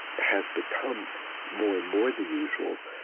has become more and more the usual,